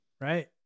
right